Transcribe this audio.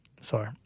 Sorry